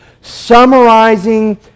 summarizing